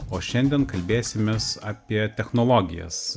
o šiandien kalbėsimės apie technologijas